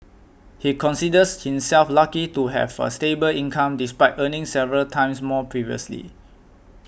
he considers himself lucky to have a stable income despite earning several times more previously